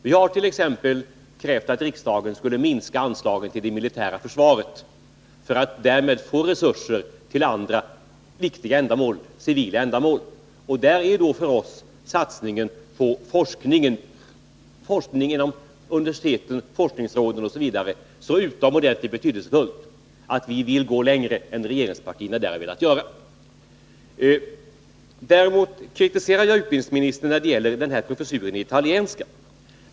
Vi har velat att riksdagen bl.a. skulle minska anslagen till det militära försvaret för att därmed få resurser till andra viktiga ändamål. Satsningen på forskning och utbildning inom universiteten, forskningsråden osv. anser vi så utomordentligt betydelsefull att vi vill gå längre än regeringspartierna velat göra. Däremot kritiserar jag utbildningsministern när det gäller professuren i italienska.